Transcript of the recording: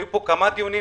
היו פה כמה דיונים,